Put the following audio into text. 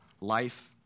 life